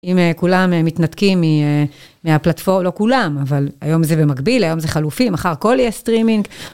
אם כולם מתנתקים מהפלטפורם, לא כולם, אבל היום זה במקביל, היום זה חלופים, אחר הכל יהיה סטרימינג.